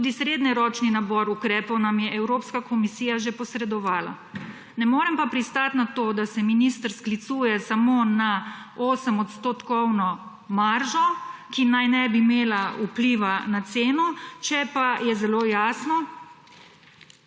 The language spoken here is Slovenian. Tudi srednjeročni nabor ukrepov nam je Evropska komisija že posredovala. Ne morem pa pristati na to, da se minister sklicuje samo na 8-odstotkovno maržo, ki naj ne bi imela vpliva na ceno, če pa je zelo jasno,